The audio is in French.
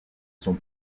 sont